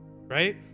Right